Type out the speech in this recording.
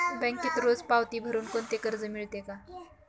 बँकेत रोज पावती भरुन कोणते कर्ज मिळते का?